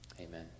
Amen